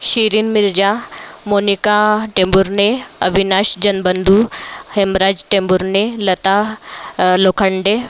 Shirin Mirza Monika Temburne Avinash Janbandhu Hemraj Temburne Lata Lokhande